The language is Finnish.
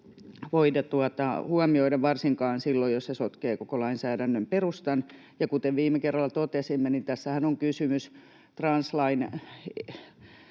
voida huomioida varsinkaan silloin, jos se sotkee koko lainsäädännön perustan. Kuten viime kerralla totesimme, niin tässähän on kysymys translain